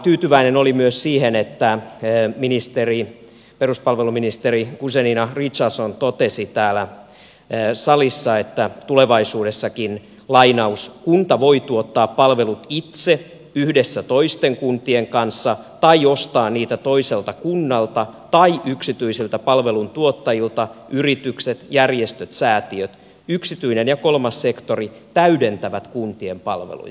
tyytyväinen olin myös siihen että peruspalveluministeri guzenina richardson totesi täällä salissa että tulevaisuudessakin kunta voi tuottaa palvelut itse yhdessä toisten kuntien kanssa tai ostaa niitä toiselta kunnalta tai yksityisiltä palveluntuottajilta yritykset järjestöt säätiöt ja että yksityinen ja kolmas sektori täydentävät kuntien palveluja